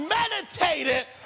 meditated